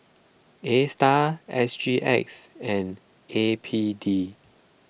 Astar S G X and A P D